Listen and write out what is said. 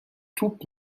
توپ